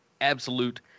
absolute